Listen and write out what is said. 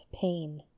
pain